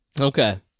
Okay